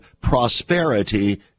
prosperity